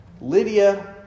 Lydia